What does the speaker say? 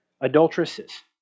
Adulteresses